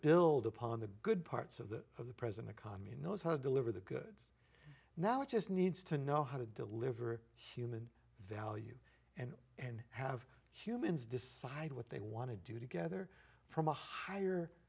build upon the good parts of the of the present economy knows how to deliver the goods now it just needs to know how to deliver human value and and have humans decide what they want to do together from a higher